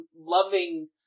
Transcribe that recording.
loving